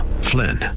Flynn